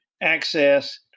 access